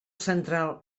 central